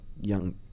young